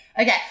okay